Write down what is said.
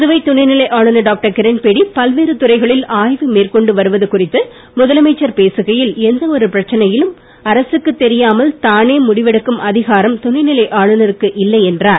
புதுவை துணைநிலை ஆளுநர் டாக்டர் கிரண்பேடி பல்வேறு துறைகளில் ஆய்வு மேற்கொண்டு வருவது குறித்து முதலமைச்சர் பேசுகையில் எந்த ஒரு பிரச்சனையிலும் அரசுக்குத் தெரியாமல் தானே முடிவெடுக்கும் அதிகாரம் துணைநிலை ஆளுநருக்கு இல்லை என்றார்